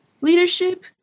leadership